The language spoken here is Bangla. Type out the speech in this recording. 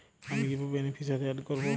আমি কিভাবে বেনিফিসিয়ারি অ্যাড করব?